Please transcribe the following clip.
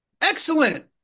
excellent